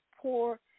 poor